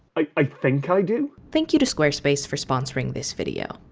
i think i do. thank you to squarespace for sponsoring this video.